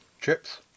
Chips